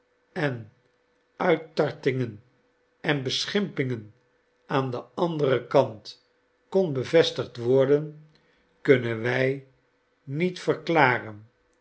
en uittartingen en beschimpingen aan den anderen kant kon bevestigd worden kunnen wij niet verklaren